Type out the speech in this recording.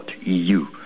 EU